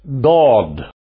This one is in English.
God